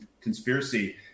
conspiracy